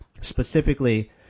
specifically